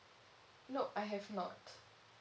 nope I have not